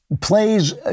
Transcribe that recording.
plays